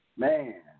Man